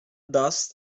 dust